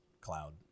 Cloud